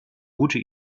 gute